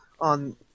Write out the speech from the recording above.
on